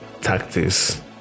tactics